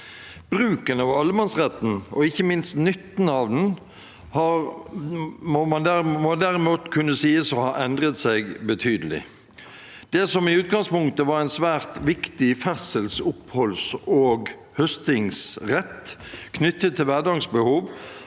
Bruken av allemannsretten og ikke minst nytten av den må derimot kunne sies å ha endret seg betydelig. Det som i utgangspunktet var en svært viktig ferdsels-, oppholds- og høstingsrett knyttet til hverdagsbehov,